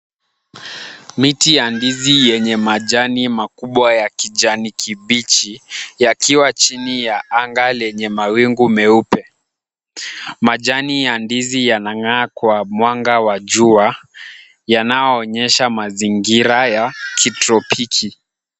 Miti ya ndizi yenye majani makubwa ya kijani kibichi, yakiwa chini ya anga lenye mawingu meupe. Majani ya ndizi yanang'aa kwa mwanga wa jua yanayoonyesha mazingira ya kitropiki.